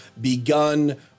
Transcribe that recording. begun